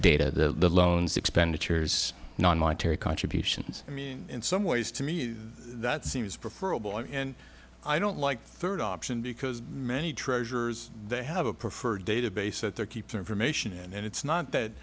data the loans expenditures non monetary contributions i mean in some ways to me that seems prefer a boy and i don't like third option because many treasures they have a preferred database that they're keeping information and it's not that